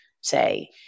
say